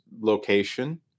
location